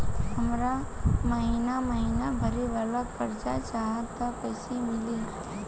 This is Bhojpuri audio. हमरा महिना महीना भरे वाला कर्जा चाही त कईसे मिली?